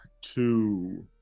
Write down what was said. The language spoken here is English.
two